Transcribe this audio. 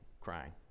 crying